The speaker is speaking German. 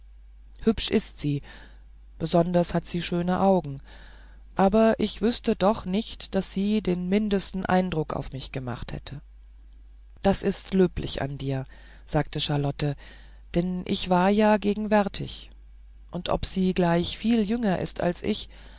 hübsch ist sie besonders hat sie schöne augen aber ich wüßte doch nicht daß sie den mindesten eindruck auf mich gemacht hätte das ist löblich an dir sagte charlotte denn ich war ja gegenwärtig und ob sie gleich viel jünger ist als ich